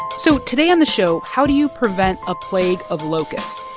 so today on the show, how do you prevent a plague of locusts?